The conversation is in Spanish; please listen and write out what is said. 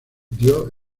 dios